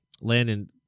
Landon